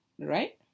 right